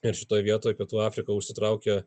ir šitoj vietoj pietų afrika užsitraukia